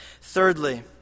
Thirdly